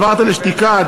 עברת לשתיקה.